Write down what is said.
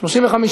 3 נתקבלו.